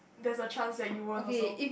there's a chance that you won't also